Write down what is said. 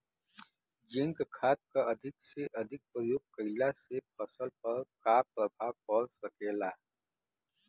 Zinc खाद क अधिक से अधिक प्रयोग कइला से फसल पर का प्रभाव पड़ सकेला?